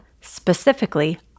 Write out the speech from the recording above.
specifically